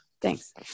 Thanks